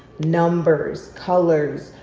numbers, colors,